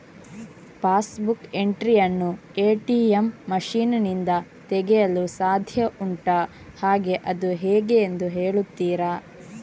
Pass book entry ಯನ್ನು ATM machine ನಿಂದ ತೆಗೆಯಲು ಸಾಧ್ಯ ಉಂಟಾ ಹಾಗೆ ಅದು ಹೇಗೆ ಎಂದು ಹೇಳುತ್ತೀರಾ?